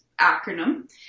acronym